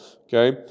Okay